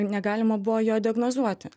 negalima buvo jo diagnozuoti